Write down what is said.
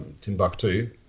Timbuktu